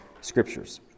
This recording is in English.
scriptures